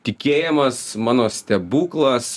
tikėjimas mano stebuklas